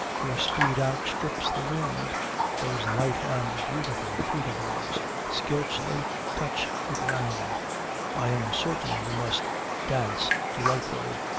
your speed outstrips the wind those light and beautiful feet of yours scarcely touch the ground i am certain you must dance delightfully.